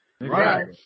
Right